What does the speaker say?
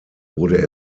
wurde